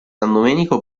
domenico